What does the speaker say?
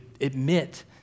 admit